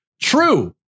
True